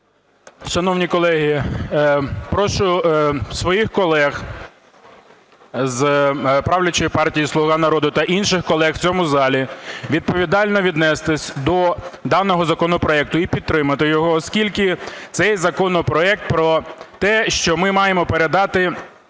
Шановні колеги, прошу своїх колег з правлячої партії "Слуга народу" та інших колег в цьому залі відповідально віднестись до даного законопроекту і підтримати його, оскільки цей законопроект про те, що ми маємо передати